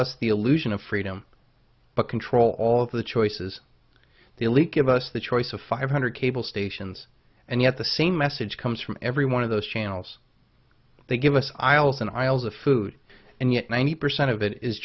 us the illusion of freedom but control all of the choices the elite give us the choice of five hundred cable stations and yet the same message comes from every one of those channels they give us aisles and aisles of food and yet ninety percent of it is